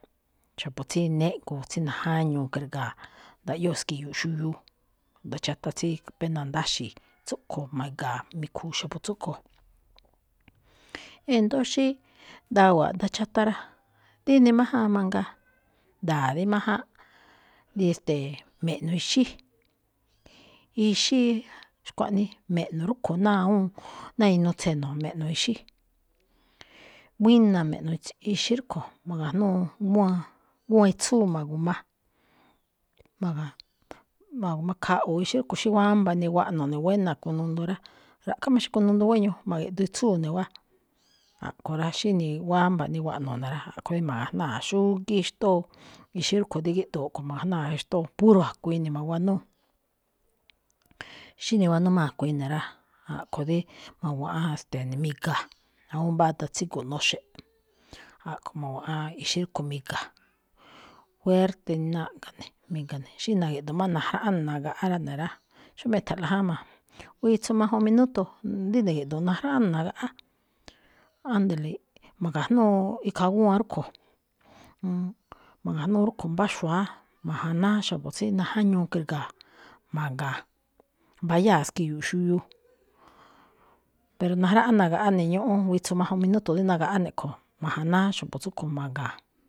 Xa̱bo̱ tsí néꞌngo̱o̱ tsí najáñuu kri̱ga̱a̱, ndaꞌyóo ski̱yu̱u̱ꞌ xuyuu, a̱ꞌdácha̱tá tsí apena ndáxi̱i̱, tsúꞌkho̱ mi̱ga̱a̱ mi̱khu̱u̱ xa̱bo̱ tsúꞌkho̱. E̱ndo̱ó xí ndawa̱a̱ a̱ꞌdáchátá rá, díne májáan mangaa, nda̱a̱ rí májáan, dí e̱ste̱e̱ me̱ꞌno̱ ixí, ixí xkuaꞌnii me̱ꞌno̱ rúꞌkho̱ náa awúun ná inuu tse̱no̱, me̱ꞌno̱ ixí, buína̱ me̱ꞌno̱ ist- ixí rúꞌkho̱, ma̱ga̱jnúu múan, gúwan itsúu ma̱gu̱ma, ma̱ga̱j- ma̱g a khaꞌwu̱u ixí rúꞌkho̱ xí wámba̱ niguaꞌno̱ ne̱ buéna kunundu rá, ra̱ꞌkhá máꞌ xí kunundu guéño, ma̱ge̱ꞌdoo itsúu ne̱ wáa. a̱ꞌkho̱ rá, xí niwámba̱ niguaꞌno̱ ne̱ rá, a̱ꞌkho̱ rí ma̱ga̱jnáa xúgíí xtóo ixí rúꞌkho̱ dí gíꞌdoo kho̱ ma̱ga̱jnáa xtóo, puro a̱kui̱in ne̱ ma̱wanúu. Xí niwanúu má a̱kui̱in ne̱ rá, a̱ꞌkho̱ dí ma̱guaꞌan, ste̱e̱ ne̱ mi̱ga, awúun mbá daan tsígo̱ꞌ noxe̱ꞌ, a̱ꞌkho̱ ma̱wa̱ꞌan ixí rúꞌkho̱ mi̱ga̱. Fuerte naꞌga̱ ne̱, mi̱ga̱ ne̱. Xí na̱gi̱ꞌdu̱u̱n má najráꞌán ne̱ nagaꞌá rá ne̱ rá, xómá e̱tha̱nlaꞌ jáma̱ witsu majun minuto, dí ni̱gi̱ꞌdu̱u̱n najráꞌán ne̱ nagaꞌá, ándale, ma̱ga̱jnúu ikhaa gúwan rúkho̱, ma̱ga̱jnúu rúꞌkho̱ mbá xu̱wa̱á m̱janáá xa̱bo̱ najáñuu kri̱ga̱a̱, ma̱ga̱a̱n, mbayáa ski̱yu̱u̱ꞌ xuyuu, pero najráꞌán nagaꞌá ne̱ ñúꞌún, witsu majun minuto di nagaꞌá ne̱ kho̱, ma̱janáá xa̱bo̱ tsúꞌkho̱ ma̱ga̱a̱n.